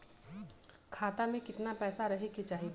खाता में कितना पैसा रहे के चाही?